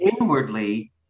Inwardly